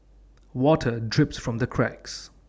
water drips from the cracks